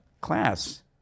class